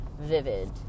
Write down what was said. vivid